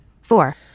Four